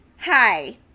Hi